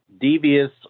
devious